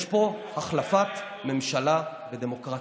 יש פה החלפת ממשלה בדמוקרטיה.